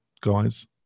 guys